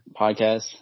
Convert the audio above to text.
podcast